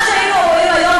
מה שהיינו רואים היום